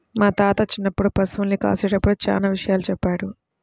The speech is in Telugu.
మా తాత చిన్నప్పుడు పశుల్ని కాసేటప్పుడు చానా విషయాలు చెప్పాడు